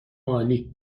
عالی